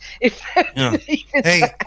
Hey